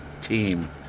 team